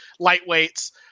lightweights